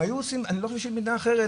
אני לא חושב שבמדינה אחרת,